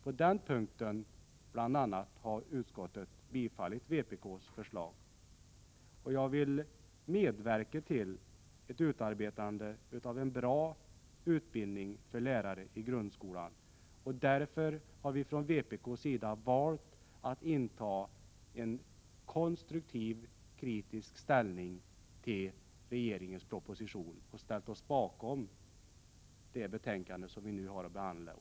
På den punkten bl.a. har utskottet tillstyrkt vpk:s förslag, och jag vill för min del medverka till att det blir en bra utbildning för lärare i grundskolan. Mot denna bakgrund har vi från vpk:s sida valt att inta en konstruktiv kritisk hållning till regeringens proposition och ställt oss bakom det förslag som nu behandlas.